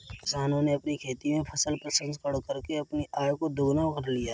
किसानों ने अपनी खेती में फसल प्रसंस्करण करके अपनी आय को दुगना कर लिया है